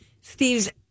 Steve's